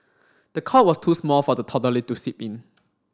the cot was too small for the toddler to sleep in